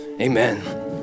Amen